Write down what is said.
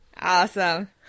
Awesome